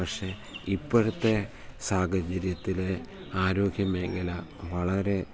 പക്ഷെ ഇപ്പോഴത്തെ സാഹചര്യത്തിലെ ആരോഗ്യമേഖല വളരെ